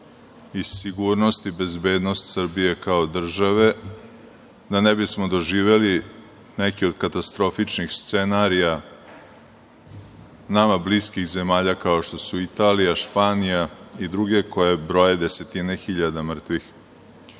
i sigurnost i bezbednost Srbije kao države, da ne bismo doživeli neki od katastrofičnih scenarija nama bliskih zemalja, kao što su Italija, Španija i druge, koje broje desetine hiljada